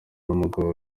umugabo